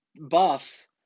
Buffs